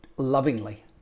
lovingly